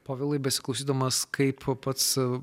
povilai besiklausydamas kaip pats